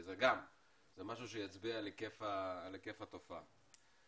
זה משהו שיצביע על היקף התופעה.